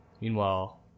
meanwhile